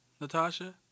Natasha